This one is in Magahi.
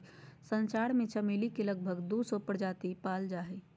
संसार में चमेली के लगभग दू सौ प्रजाति पाल जा हइ